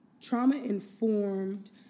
trauma-informed